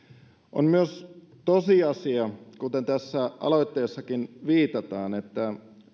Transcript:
on myös tosiasia kuten tässä aloitteessakin viitataan että